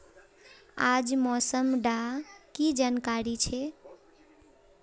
आज मौसम डा की जानकारी छै?